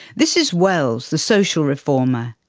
this is wells the social reformer.